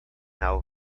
now